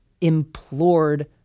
implored